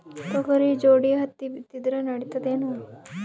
ತೊಗರಿ ಜೋಡಿ ಹತ್ತಿ ಬಿತ್ತಿದ್ರ ನಡಿತದೇನು?